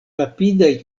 rapidaj